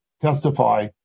testify